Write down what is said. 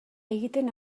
egiten